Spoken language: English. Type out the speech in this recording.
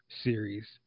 series